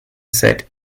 set